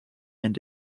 and